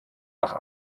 nach